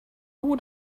would